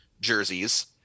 jerseys